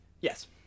Yes